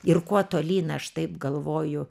ir kuo tolyn aš taip galvoju